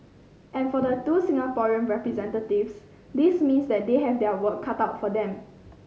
and for the two Singaporean representatives this means that they have their work cut out for them